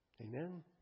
Amen